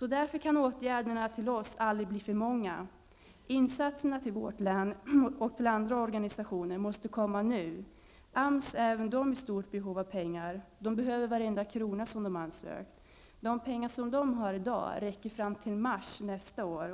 Därför kan åtgärderna till oss aldrig bli för många. Insatserna till vårt län och till andra organisationer måste komma nu. Även AMS har ett stort behov av pengar. AMS behöver varenda krona som de har ansökt om. De pengar som AMS har i dag räcker fram till mars nästa år.